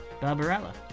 barbarella